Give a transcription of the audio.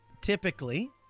typically